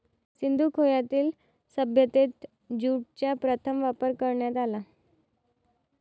सिंधू खोऱ्यातील सभ्यतेत ज्यूटचा प्रथम वापर करण्यात आला